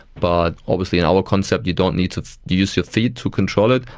but obviously in our concept you don't need to use your feet to control it,